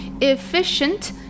Efficient